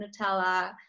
nutella